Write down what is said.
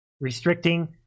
restricting